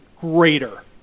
greater